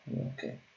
Okay